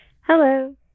Hello